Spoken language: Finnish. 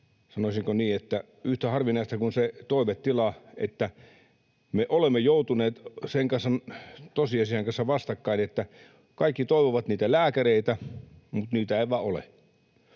sanoisinko niin, yhtä harvinaista kuin se toivetila. Me olemme joutuneet sen tosiasian kanssa vastakkain, että kaikki toivovat lääkäreitä mutta niitä ei vaan ole.